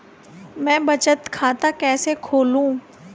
मैं बचत खाता कैसे खोलूं?